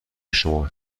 شما